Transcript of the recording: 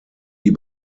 die